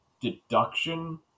deduction